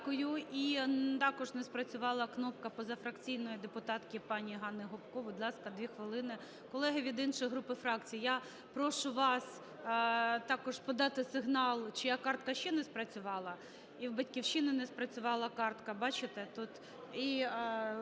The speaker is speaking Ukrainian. Дякую. І також не спрацювала кнопка позафракційної депутатки пані Ганни Гопко. Будь ласка, дві хвилини. Колеги від інших груп і фракцій, я прошу вас також подати сигнал, чия картка ще не спрацювала. І в "Батьківщини" не спрацювала картка, бачите? І,